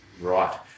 Right